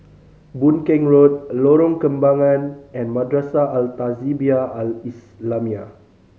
Boon Keng Road Lorong Kembagan and Madrasah Al Tahzibiah Al Islamiah